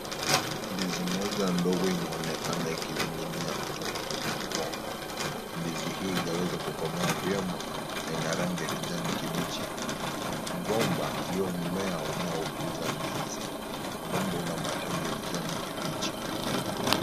Ndizi moja ndogo inaonekana ikining'inia kutoka kwenye mgomba. Ndizi hii haijaweza kukomaa vyema na ina rangi ya kijani kibichi. Mgomba ndiyo mmea unaokuza ndizi. Mgomba una matawi ya kijani kibichi.